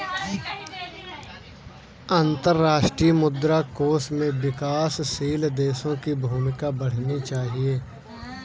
अंतर्राष्ट्रीय मुद्रा कोष में विकासशील देशों की भूमिका पढ़नी चाहिए